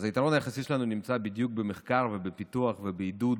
אז היתרון היחסי שלנו נמצא בדיוק במחקר ובפיתוח ובעידוד